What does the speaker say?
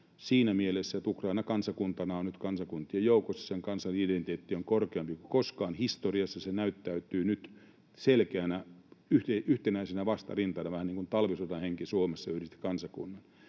siinä mielessä, että Ukraina kansakuntana on nyt kansakuntien joukossa. Sen kansan identiteetti on korkeampi kuin koskaan historiassa. Se näyttäytyy nyt selkeänä yhtenäisenä vastarintana, vähän niin kuin talvisodan henki Suomessa yhdisti kansakunnan.